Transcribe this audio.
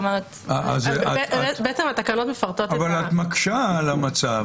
את מקשה על המצב.